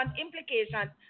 implications